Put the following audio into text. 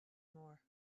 more